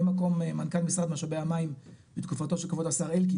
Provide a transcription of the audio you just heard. מקום מנכ"ל משרד משאבי המים בתקופתו של כבוד השר אלקין